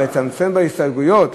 אבל לצמצם בהסתייגויות?